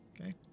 Okay